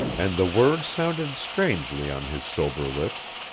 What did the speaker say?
and the word sounded strangely on his sober lips.